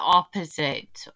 opposite